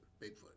Bigfoot